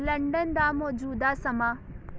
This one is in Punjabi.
ਲੰਡਨ ਦਾ ਮੌਜੂਦਾ ਸਮਾਂ